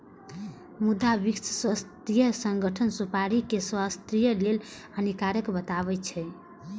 मुदा विश्व स्वास्थ्य संगठन सुपारी कें स्वास्थ्य लेल हानिकारक बतबै छै